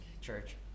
church